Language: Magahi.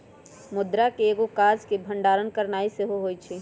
मुद्रा के एगो काज के भंडारण करनाइ सेहो होइ छइ